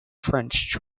french